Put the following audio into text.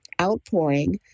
outpouring